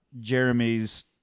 Jeremy's